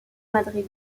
madrid